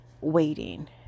waiting